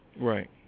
Right